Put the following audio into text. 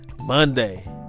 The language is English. Monday